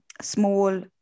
small